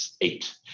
eight